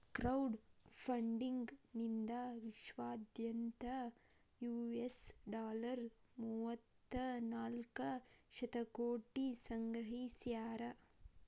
crowd funding ನಿಂದಾ ವಿಶ್ವದಾದ್ಯಂತ್ US dollar ಮೂವತ್ತನಾಕ ಶತಕೋಟಿ ಸಂಗ್ರಹಿಸ್ಯಾರ